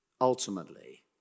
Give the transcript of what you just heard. ultimately